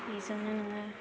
बेजोंनो नोङो